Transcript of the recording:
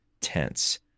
tense